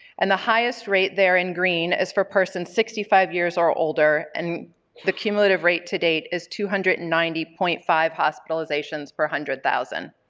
and the highest rate there in green is for persons sixty five years or older and the cumulative rate to date is two hundred and ninety point five hospitalizations per one hundred thousand.